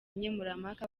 nkemurampaka